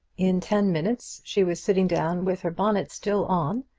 in ten minutes she was sitting down with her bonnet still on,